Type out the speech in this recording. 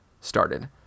started